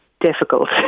difficult